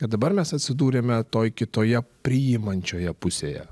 ir dabar mes atsidūrėme toj kitoje priimančioje pusėje